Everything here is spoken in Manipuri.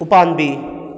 ꯎꯄꯥꯝꯕꯤ